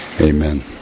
Amen